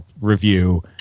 review